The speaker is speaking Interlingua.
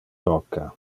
rocca